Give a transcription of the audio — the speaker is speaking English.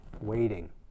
waiting